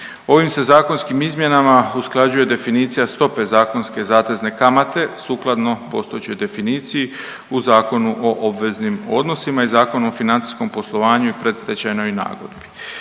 Ovim se zakonskim izmjenama usklađuje definicija stope zakonske zatezne kamate sukladno postojećoj definiciji u Zakonu o obveznim odnosima i Zakonu o financijskom poslovanju i predstečajnoj nagodbi.